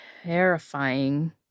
Terrifying